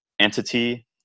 entity